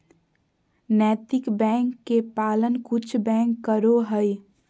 नैतिक बैंक के पालन कुछ बैंक करो हइ